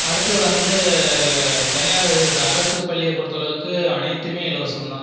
அடுத்து வந்து தனியார் அரசு பள்ளியை பொறுத்த அளவுக்கு அனைத்துமே இலவசம் தான்